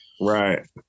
Right